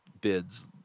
bids